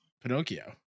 Pinocchio